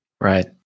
Right